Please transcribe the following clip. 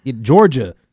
Georgia